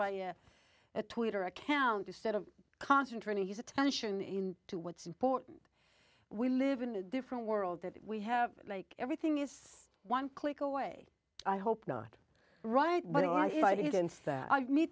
by a twitter account instead of concentrating his attention to what's important we live in a different world that we have like everything is one click away i hope not right but i i